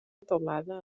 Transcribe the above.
teulada